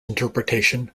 interpretation